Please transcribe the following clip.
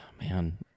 Man